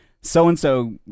so-and-so